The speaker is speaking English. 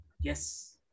Yes